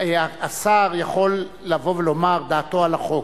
השר יכול לבוא ולומר דעתו על החוק,